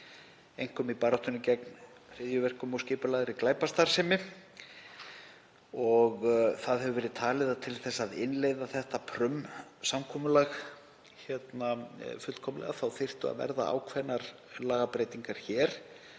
einkum í baráttunni gegn hryðjuverkum og skipulagðri glæpastarfsemi. Það hefur verið talið að til að innleiða þetta Prüm-samkomulag fullkomlega þyrfti að fara í ákveðnar lagabreytingar hér